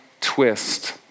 twist